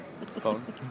phone